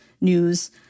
news